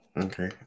Okay